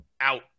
out